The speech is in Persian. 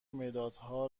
مدادها